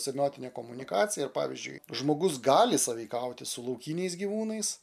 semiotinė komunikacija ir pavyzdžiui žmogus gali sąveikauti su laukiniais gyvūnais